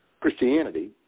Christianity